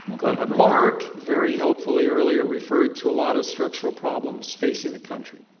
glenn hubbard. mark very helpfully, earlier, referred to a lot of structural problems facing the country.